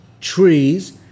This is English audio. trees